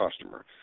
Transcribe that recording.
customer